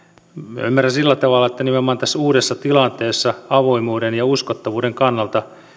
minä ymmärrän sillä tavalla että nimenomaan tässä uudessa tilanteessa avoimuuden ja uskottavuuden kannalta